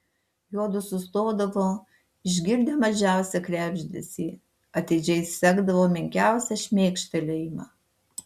juodu sustodavo išgirdę mažiausią krebždesį atidžiai sekdavo menkiausią šmėkštelėjimą